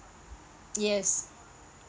yes